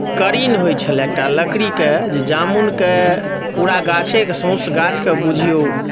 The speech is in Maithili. करीन होइत छलय एकटा लकड़ीके जे जामुनके पूरा गाछेके सँउस गाछके बुझियौ